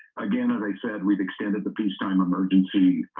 again, as i said, we've extended the peacetime emergency